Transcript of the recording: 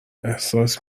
احساس